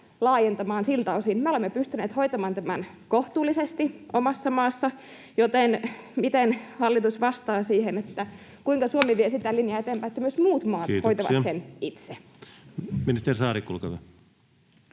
laajentamaan siltä osin. Me olemme pystyneet hoitamaan tämän kohtuullisesti omassa maassamme, joten miten hallitus vastaa siihen, kuinka Suomi vie sitä linjaa eteenpäin, että myös muut maat hoitavat sen itse? [Speech 48] Speaker: